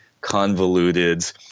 convoluted